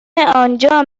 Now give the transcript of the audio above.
آنجا